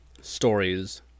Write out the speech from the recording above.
stories